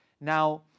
now